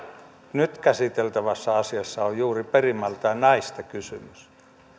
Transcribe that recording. nyt käsiteltävässä asiassa on juuri perimmältään näistä kysymys